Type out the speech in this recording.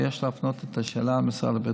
ויש להפנות את השאלה למשרד הביטחון.